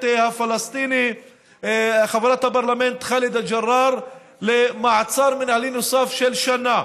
הפלסטיני חאלדה ג'ראר למעצר מינהלי נוסף של שנה.